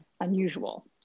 unusual